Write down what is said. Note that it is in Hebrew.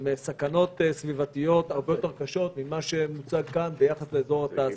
עם סכנות סביבתיות הרבה יותר קשות ממה שמוצג כאן ביחס לאזור התעשייה.